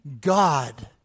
God